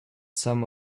some